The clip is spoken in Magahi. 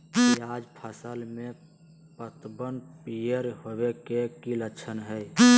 प्याज फसल में पतबन पियर होवे के की लक्षण हय?